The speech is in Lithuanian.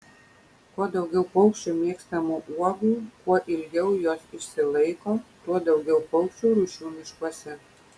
kuo daugiau paukščių mėgstamų uogų kuo ilgiau jos išsilaiko tuo daugiau paukščių rūšių miškuose